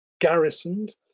garrisoned